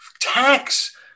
tax